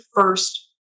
first